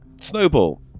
Snowball